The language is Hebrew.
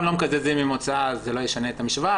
לא מקזזים עם הוצאה אז זה לא ישנה את המשוואה,